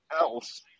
else